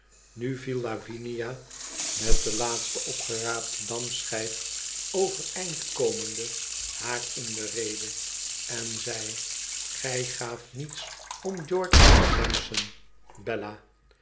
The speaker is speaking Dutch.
nu viel lavinia met de laatste opgeraapte damschijf overeind komende haar in de rede en zei gij gaait niets om george sampson bella